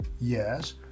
Yes